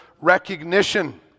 recognition